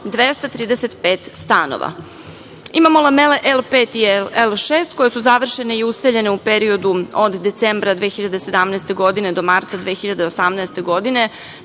235 stanova. Imamo lamele L5 i L6 koje su završene i useljene u periodu od decembra 2017. godine do marta 2018. godine